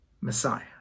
Messiah